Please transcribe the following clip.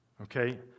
Okay